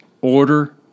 order